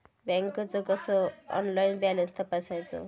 बँकेचो कसो online balance तपासायचो?